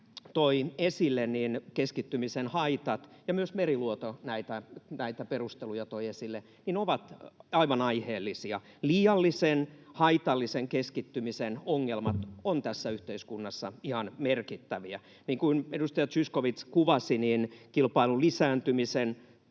toi esille keskittymisen haitoista — ja myös Meriluoto näitä perusteluja toi esille — ovat aivan aiheellisia. Liiallisen haitallisen keskittymisen ongelmat ovat tässä yhteiskunnassa ihan merkittäviä. Niin kuin edustaja Zyskowicz kuvasi, kilpailun lisääntymisen